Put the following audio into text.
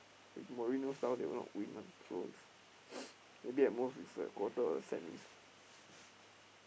if Mourinho style they will not win one so it's maybe at most is quarter of a set